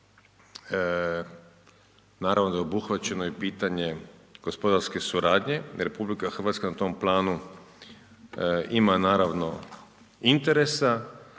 Naravno da je obuhvaćeno i pitanje gospodarske suradnje, jer Republika Hrvatska na tom planu ima naravno interesa,